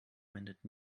wendet